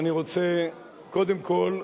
קודם כול,